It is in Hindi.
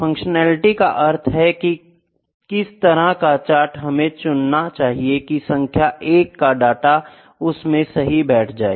फंक्शनलिटी का अर्थ है की किस तरह का चार्ट हमे चुनना चाहिए की सांख्य 1 का डाटा उसमे सही से बैठ जाये